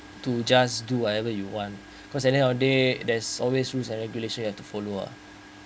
to just do whatever you want because in the end of the day there's always rules and regulation you have to follow uh